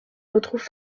retrouve